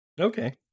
Okay